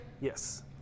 Yes